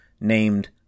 named